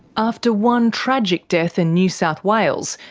after one tragic death in new south wales,